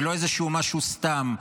ולא איזשהו משהו סתם,